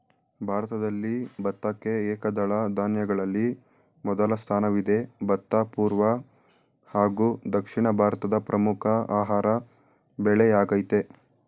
ಭಾರತದಲ್ಲಿ ಭತ್ತಕ್ಕೆ ಏಕದಳ ಧಾನ್ಯಗಳಲ್ಲಿ ಮೊದಲ ಸ್ಥಾನವಿದೆ ಭತ್ತ ಪೂರ್ವ ಹಾಗೂ ದಕ್ಷಿಣ ಭಾರತದ ಪ್ರಮುಖ ಆಹಾರ ಬೆಳೆಯಾಗಯ್ತೆ